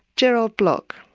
jerald block.